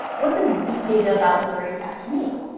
what does deep data about literary texts mean?